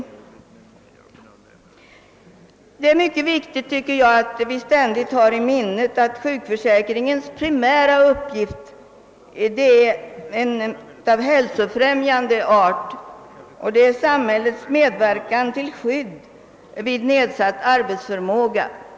Det är mycket viktigt att vi ständigt har i minnet att sjukförsäkringens pri mära uppgift är av hälsofrämjande art. Den är samhällets medverkan till skydd vid nedsatt arbetsförmåga.